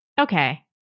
okay